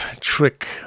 trick